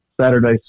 Saturday